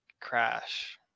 crash